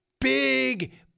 big